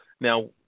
Now